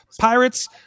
Pirates